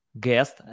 guest